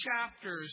chapters